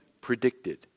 predicted